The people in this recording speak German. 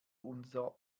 unser